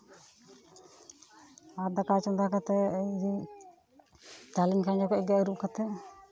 ᱟᱨ ᱫᱟᱠᱟ ᱪᱚᱸᱫᱟ ᱠᱟᱛᱮ ᱤᱭᱟᱹᱧ ᱪᱟᱣᱞᱮᱧ ᱠᱷᱟᱸᱡᱚ ᱠᱮᱫ ᱜᱮ ᱟᱹᱨᱩᱵ ᱠᱟᱛᱮ